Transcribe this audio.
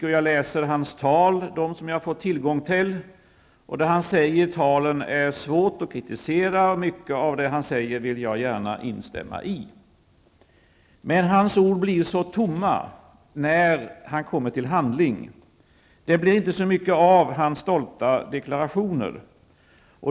Jag brukar läsa hans tal, de som jag får tillgång till. Det han säger i talen är svårt att kritisera, mycket av det han säger vill jag gärna instämma i. Hans ord förefaller dock bli så tomma när han skall komma till handling. Det blir inte så mycket av hans stolta deklarationer.